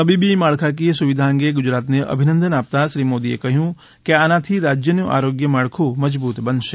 તબીબી માળખાકીય સુવિધા અંગે ગુજરાતને અભિનંદન આપતાં શ્રી મોદીએ કહ્યું કે આનાથી રાજ્યનું આરોગ્ય માળખું મજબૂત બનશે